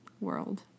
world